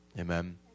Amen